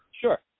Sure